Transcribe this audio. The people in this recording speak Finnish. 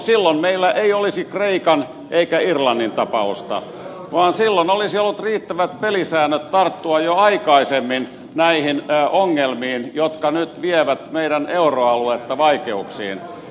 silloin meillä ei olisi kreikan eikä irlannin tapauksia vaan silloin olisi ollut riittävät pelisäännöt tarttua jo aikaisemmin näihin ongelmiin jotka nyt vievät meidän euroaluetta vaikeuksiin